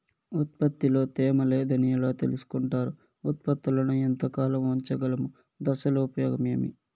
ఉత్పత్తి లో తేమ లేదని ఎలా తెలుసుకొంటారు ఉత్పత్తులను ఎంత కాలము ఉంచగలము దశలు ఉపయోగం ఏమి?